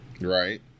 Right